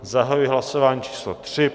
Zahajuji hlasování číslo 3.